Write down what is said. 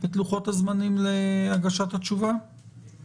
לוחות הזמנים להגשת התשובה לא קבועים בחוק ?